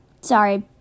Sorry